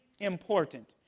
important